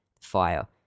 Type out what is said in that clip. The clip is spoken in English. Fire